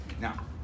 Now